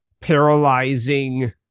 paralyzing